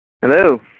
Hello